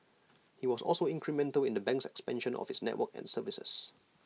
he was also incremental in the bank's expansion of its network and services